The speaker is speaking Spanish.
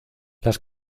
las